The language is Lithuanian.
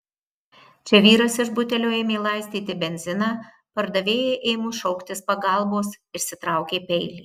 čia vyras iš butelio ėmė laistyti benziną pardavėjai ėmus šauktis pagalbos išsitraukė peilį